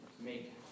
make